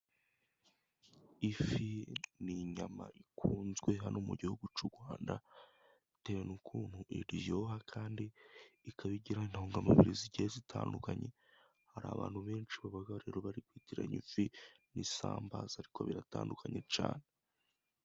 Ifi ni inyama ikunzwe hano mu gihugu cy'u Rwanda bitewe n'ukuntu iryoha kandi ikaba igira intungamubiri zigiye zitandukanye. Hari abantu benshi baba bari kwitiranya ifi n'isambaza, ariko biratandukanye cyane.